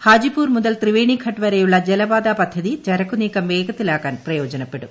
ഹാജിപൂർ മുതൽ ത്രിവേണിഘട്ട് വരെയുള്ള ജലപാതാ പദ്ധതി ചരക്കു നീക്കം വേഗത്തിലക്കാൻ പ്രയോജനപ്പെടും